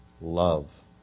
love